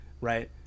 right